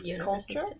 culture